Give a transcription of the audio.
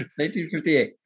1958